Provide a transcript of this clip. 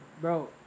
bro